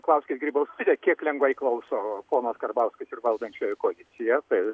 klauskit grybauskaitę kiek lengvai klauso ponas karbauskis ir valdančioji koalicija tai